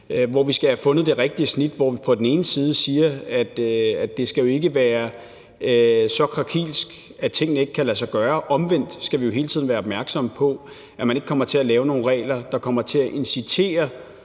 hvor vi skal have fundet det rigtige snit. Vi skal på den ene side sige, at det jo ikke skal være så krakilsk, at tingene ikke kan lade sig gøre. På den anden side skal vi hele tiden være opmærksomme på, at man ikke kommer til at lave nogle regler, der tilskynder